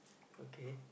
okay